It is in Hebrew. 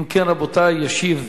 אם כן, רבותי, ישיב